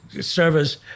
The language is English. service